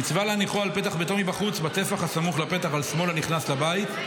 מצווה להניחו על פתח ביתו מבחוץ בטפח הסמוך לפתח על שמאל הנכנס לבית,